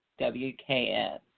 WKS